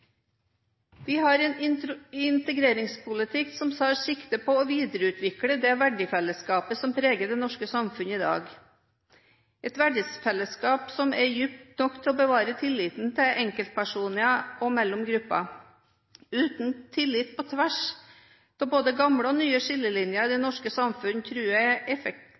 Vi har en integreringspolitikk som tar sikte på å videreutvikle det verdifellesskapet som preger det norske samfunnet i dag, et verdifellesskap som er dypt nok til å bevare tilliten til enkeltpersoner og mellom grupper. Uten tillit på tvers av både gamle og nye skillelinjer i det norske samfunn tror jeg